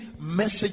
message